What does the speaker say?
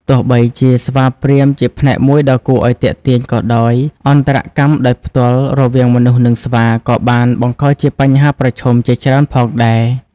ទោះបីជាស្វាព្រាហ្មណ៍ជាផ្នែកមួយដ៏គួរឱ្យទាក់ទាញក៏ដោយ អន្តរកម្មដោយផ្ទាល់រវាងមនុស្ស និងស្វាក៏បានបង្កជាបញ្ហាប្រឈមជាច្រើនផងដែរ។